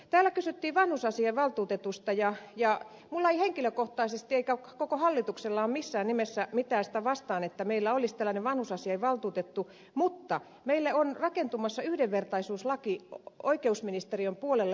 täällä kysyttiin vanhusasiainvaltuutetusta ja minulla ei henkilökohtaisesti eikä koko hallituksella ole missään nimessä mitään sitä vastaan että meillä olisi tällainen vanhusasiainvaltuutettu mutta meille on rakentumassa yhdenvertaisuuslaki oikeusministeriön puolella